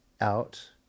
out